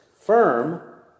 firm